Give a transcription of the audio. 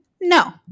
no